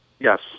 Yes